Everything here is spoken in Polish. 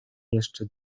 jeszcze